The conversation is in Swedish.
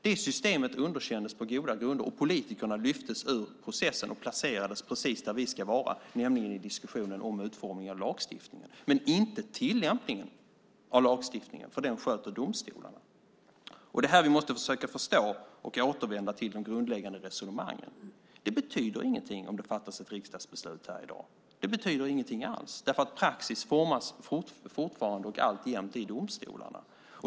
Det systemet underkändes på goda grunder, och politikerna lyftes ur processen och placerades precis där vi ska vara, nämligen i diskussionen om utformningen av lagstiftningen - inte tillämpningen av lagstiftningen, för den sköter domstolarna. Det är det här vi måste försöka förstå och återvända till de grundläggande resonemangen. Det betyder ingenting om det fattas ett riksdagsbeslut här i dag. Det betyder ingenting alls, därför att praxis fortfarande och alltjämt formas i domstolarna.